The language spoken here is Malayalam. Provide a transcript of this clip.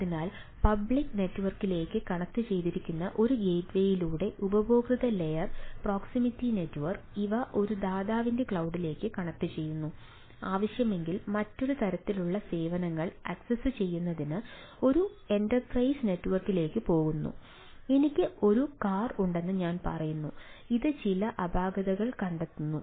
അതിനാൽ പബ്ലിക് നെറ്റ്വർക്കിലേക്ക് കണക്റ്റുചെയ്തിരിക്കുന്ന ഒരു ഗേറ്റ്വേയിലൂടെ ഉപയോക്തൃ ലെയർ പ്രോക്സിമിറ്റി നെറ്റ്വർക്ക് ഇവ ഒരു ദാതാവിന്റെ ക്ലൌഡിലേക്ക് കണക്റ്റുചെയ്യുന്നു ആവശ്യമെങ്കിൽ മറ്റൊരു തരത്തിലുള്ള സേവനങ്ങൾ ആക്സസ്സുചെയ്യുന്നതിന് ഒരു എന്റർപ്രൈസ് നെറ്റ്വർക്കിലേക്ക് പോകുന്നു എനിക്ക് ഒരു കാർ ഉണ്ടെന്ന് ഞാൻ പറയുന്നു ഇത് ചില അപാകതകൾ കണ്ടെത്തുന്നു